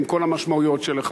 עם כל המשמעויות של זה.